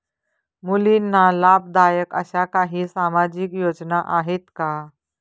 मुलींना लाभदायक अशा काही सामाजिक योजना आहेत का?